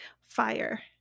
fire